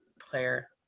player